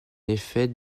effet